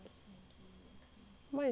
mine is like Taobao